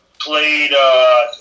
played